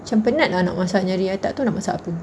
macam penat lah nak masak ini hari I tak tahu nak masak apa